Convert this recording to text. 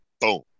boom